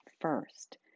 first